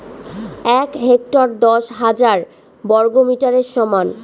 এক হেক্টর দশ হাজার বর্গমিটারের সমান